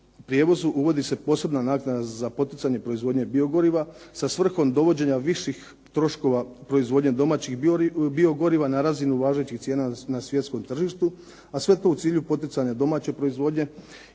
uvodi se posebna naknada za poticanje proizvodnje biogoriva sa svrhom dovođenja viših troškova proizvodnje domaćih biogoriva na razinu važećih cijena na svjetskom tržištu, a sve to u cilju poticanja domaće proizvodnje